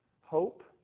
hope